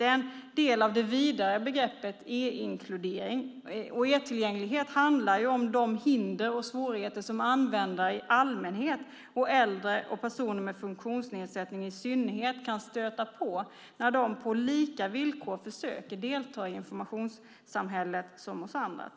Det är en del av det vidare begreppet e-inkludering. E-tillgänglighet handlar om de hinder och svårigheter som användare i allmänhet och äldre och personer med funktionsnedsättning i synnerhet kan stöta på när de på lika villkor som vi andra försöker delta i informationssamhället.